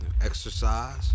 Exercise